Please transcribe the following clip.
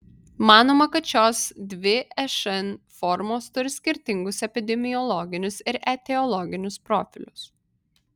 manoma kad šios dvi šn formos turi skirtingus epidemiologinius ir etiologinius profilius